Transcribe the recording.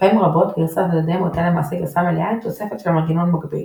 פעמים רבות גרסת הדמו הייתה למעשה גרסה מלאה עם תוספת של מנגנון מגביל,